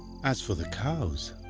as for the cows,